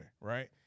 right